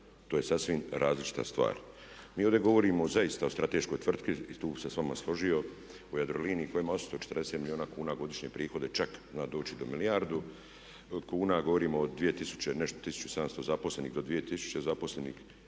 To je sasvim različita stvar. Mi ovdje govorimo zaista o strateškoj tvrtki, i tu bih se s vama složio, o Jadroliniji koja ima 840 milijuna kuna godišnje prihode a čak zna doći i do milijardu kuna. Govorimo o 1700 do 2000 zaposlenih.